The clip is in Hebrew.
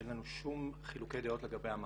אין לנו שום חילוקי דעות לגבי המהות.